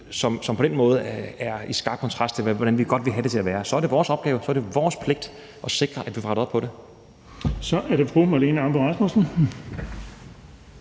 som på den måde står i skarp kontrast til, hvordan vi godt ville have det til at være, så er det vores opgave og vores pligt at sikre, at vi får rettet op på det. Kl. 10:17 Den fg. formand